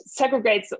segregates